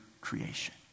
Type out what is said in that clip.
creation